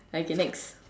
okay next